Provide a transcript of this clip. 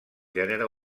gènere